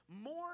more